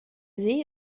see